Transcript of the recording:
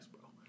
bro